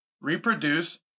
reproduce